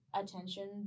attention